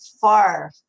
far